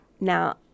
Now